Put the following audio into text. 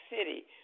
city